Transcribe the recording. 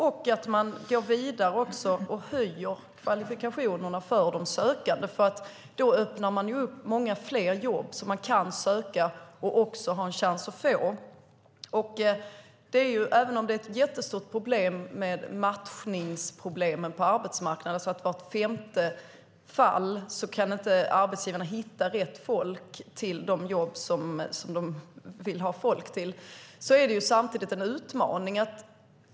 Man ska också gå vidare och höja kvalifikationerna för de sökande. Då öppnar man upp många fler jobb som de kan söka och också har en chans att få. Även om det är ett jättestort problem med matchningsproblemen på arbetsmarknaden så att arbetsgivaren i vart femte fall inte kan hitta rätt människor till de jobb som de vill ha människor till är det samtidigt en utmaning.